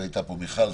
הייתה פה מיכל,